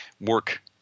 work